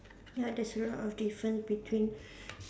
ya there's a lot of difference between